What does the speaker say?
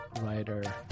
writer